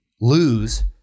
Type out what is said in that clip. lose